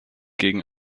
gegen